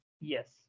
Yes